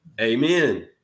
Amen